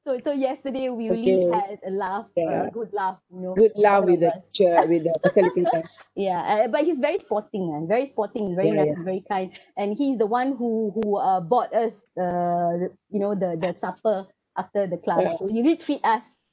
so so yesterday we really had a laugh uh good laugh you know with one of the ya uh uh but he's very sporting man very sporting very nice and very kind and he is the one who who uh bought us uh you know the the supper after the class he really treat us